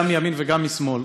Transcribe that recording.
גם מימין וגם משמאל,